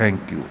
thank you